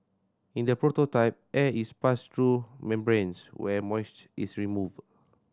in the prototype air is passed through membranes where moisture is removed